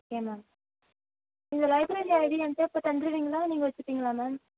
okay ma'am இந்த library ID என்கிட்ட இப்போ தந்துடுவீங்களா நீங்கள் வைச்சுப்பீங்களா மேம்